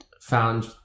found